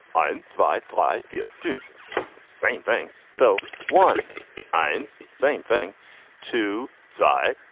i'm vitalized the ah fifth same thing so one finds same thing to try,